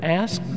ask